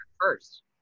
first